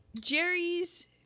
Jerry's